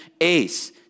ace